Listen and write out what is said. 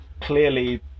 clearly